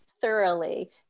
thoroughly